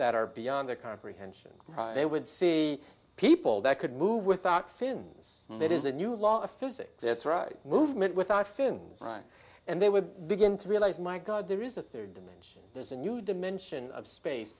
that are beyond their comprehension they would see people that could move without fins and that is a new law of physics that's right movement without fins on and they would begin to realize my god there is a rd dimension there's a new dimension of space